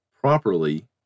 properly